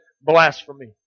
blasphemy